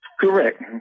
Correct